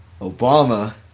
Obama